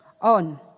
on